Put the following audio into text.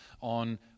on